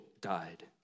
died